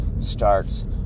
starts